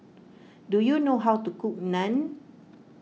do you know how to cook Naan